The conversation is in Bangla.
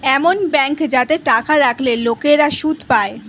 এমন ব্যাঙ্ক যাতে টাকা রাখলে লোকেরা সুদ পায়